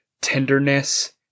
tenderness